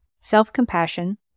self-compassion